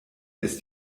ist